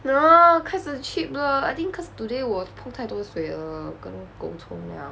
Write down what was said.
no 开始 chip 了 I think cause today 我 put 太多水了跟狗冲凉